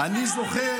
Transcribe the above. נושא חשוב,